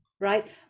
right